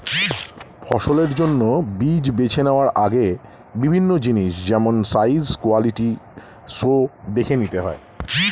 ফসলের জন্য বীজ বেছে নেওয়ার আগে বিভিন্ন জিনিস যেমন সাইজ, কোয়ালিটি সো দেখতে হয়